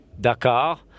Dakar